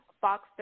Fox